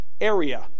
area